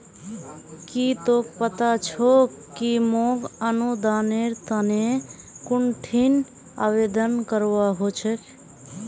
की तोक पता छोक कि मोक अनुदानेर तने कुंठिन आवेदन करवा हो छेक